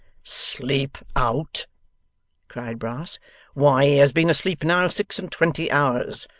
sleep out cried brass why he has been asleep now, six-and-twenty hours.